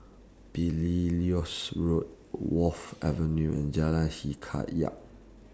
Belilios Road Wharf Avenue and Jalan Hikayat